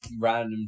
random